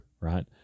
Right